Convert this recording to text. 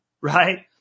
right